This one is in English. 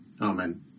Amen